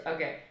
Okay